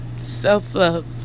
self-love